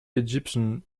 egyptian